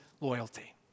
loyalty